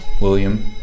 William